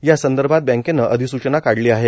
यासंदर्भात बँकेनं अधिसूचना काढली आहे